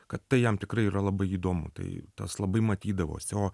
kad tai jam tikrai yra labai įdomu tai tas labai matydavosi o